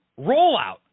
rollout